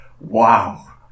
wow